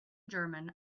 german